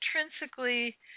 intrinsically